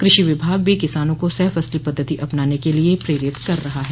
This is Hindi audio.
कृषि विभाग भी किसानों को सह फसली पद्धति अपनाने के लिए प्रेरित कर रहा है